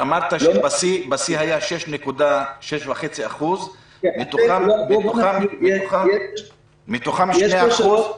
אמרת שבשיא היה 6.5%, מתוכם 2%?